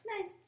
Nice